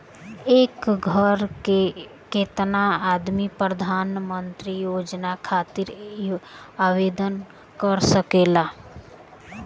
एक घर के केतना आदमी प्रधानमंत्री योजना खातिर आवेदन कर सकेला?